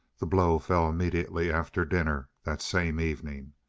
the blow fell immediately after dinner that same evening.